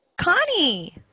Connie